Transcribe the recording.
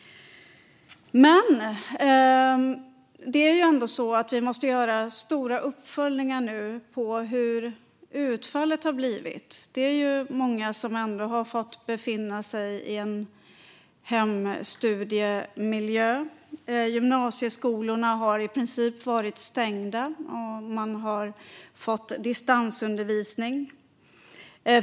Nu måste vi ändå göra stora uppföljningar av hur utfallet har blivit. Det är ändå så många som har fått befinna sig i en hemstudiemiljö. Gymnasieskolorna har i princip varit stängda, och man har fått distansundervisning.